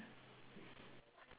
oh my room quite cold eh